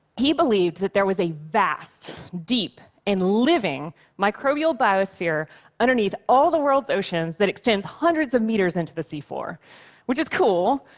he believed that there was a vast, deep, and living microbial biosphere underneath all the world's oceans that extends hundreds of meters into the seafloor, which is cool,